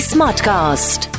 Smartcast